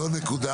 זו נקודה